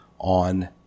on